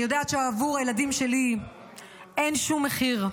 אני יודעת שעבור הילדים שלי אין שום מחיר,